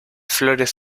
flores